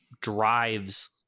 drives